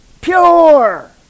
pure